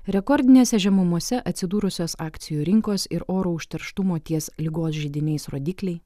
rekordinėse žemumose atsidūrusios akcijų rinkos ir oro užterštumo ties ligos židiniais rodikliai